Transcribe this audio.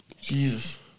Jesus